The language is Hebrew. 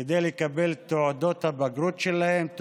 כדי לקבל את תעודות הבגרות שלהם,